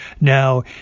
now